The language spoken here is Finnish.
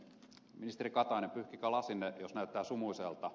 ministeri katainen pyyhkikää lasinne jos näyttää sumuiselta